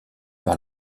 par